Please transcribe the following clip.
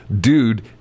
dude